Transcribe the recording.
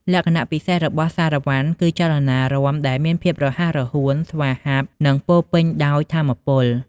លក្ខណៈពិសេសរបស់សារ៉ាវ៉ាន់ គឺចលនារាំដែលមានភាពរហ័សរហួន ស្វាហាប់ និងពោរពេញដោយថាមពល។